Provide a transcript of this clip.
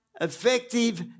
effective